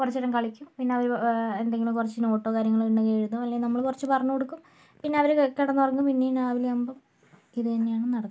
കുറച്ച് നേരം കളിക്കും പിന്നെ അവർ എന്തെങ്കിലും കുറച്ച് നോട്ടോ കാര്യങ്ങൾ ഉണ്ടെങ്കിൽ എഴുതും അല്ലേൽ നമ്മൾ കുറച്ച് പറഞ്ഞ് കൊടുക്കും പിന്നെ അവർ കിടന്ന് ഉറങ്ങും പിന്നെയും രാവിലെ ആകുമ്പം ഇത് തന്നെയാണ് നടക്കുന്നത്